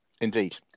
indeed